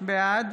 בעד